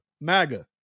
MAGA